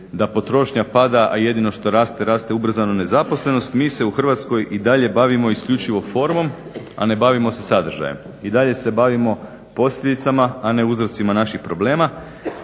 da potrošnja pada, a jedino što raste, raste ubrzano nezaposlenost, mi se u Hrvatskoj i dalje bavimo isključivo formom, a ne bavimo se sadržajem. I dalje se bavimo posljedicama, a ne uzrocima naših problema,